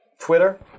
Twitter